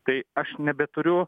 tai aš nebeturiu